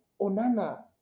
Onana